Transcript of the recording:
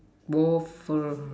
waffle